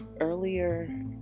earlier